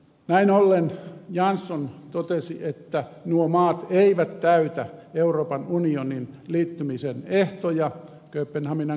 näin ollen jansson totesi että nuo maat eivät täytä euroopan unioniin liittymisen ehtoja kööpenhaminan kriteereitä